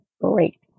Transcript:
break